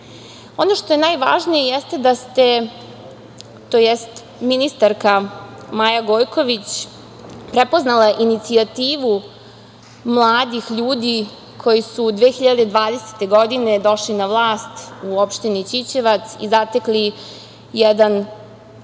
što je najvažnije jeste da ste, tj. ministarka Maja Gojković, prepoznala inicijativu mladih ljudi koji su 2020. godine došli na vlast u opštini Ćićevac i zatekli jedan